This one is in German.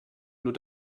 nur